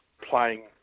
playing